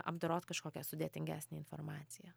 apdorot kažkokią sudėtingesnę informaciją